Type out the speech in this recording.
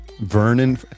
Vernon